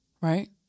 right